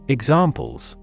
Examples